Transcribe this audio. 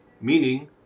meaning